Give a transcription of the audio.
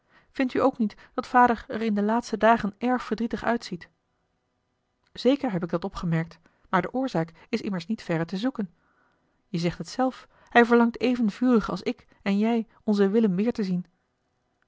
vind u ook niet dat vader er in de laatste dagen erg verdrietig uitziet zeker heb ik dat opgemerkt maar de oorzaak is immers niet verre te zoeken je zegt het zelf hij verlangt even vurig als ik en jij onzen willem weer te zien